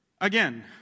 Again